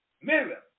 Miriam